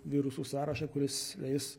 virusų sąrašą kuris leis